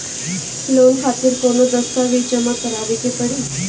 Loan खातिर कौनो दस्तावेज जमा करावे के पड़ी?